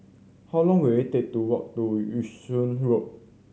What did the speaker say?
how long will it take to walk to Yung Sheng Road